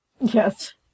Yes